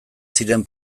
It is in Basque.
ziren